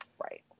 Right